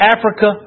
Africa